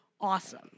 awesome